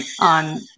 on